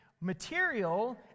material